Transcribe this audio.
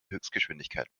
höchstgeschwindigkeit